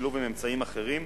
בשילוב עם אמצעים אחרים,